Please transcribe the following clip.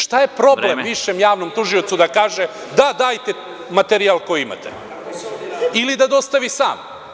Šta je problem višem javnom tužiocu da kaže – da, dajte materijal koji imate ili da dostavi sam?